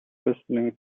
wrestling